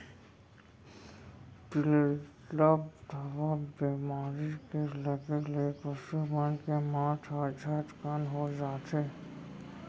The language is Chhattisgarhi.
पिलबढ़वा बेमारी के लगे ले पसु मन के मौत ह झटकन हो जाथे